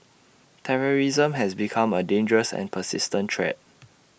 terrorism has become A dangerous and persistent threat